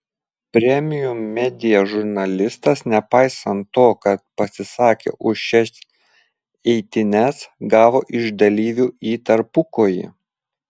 premium media žurnalistas nepaisant to kad pasisakė už šias eitynes gavo iš dalyvių į tarpukojį